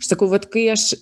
aš sakau vat kai aš